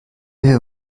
wir